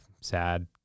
sad